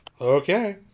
Okay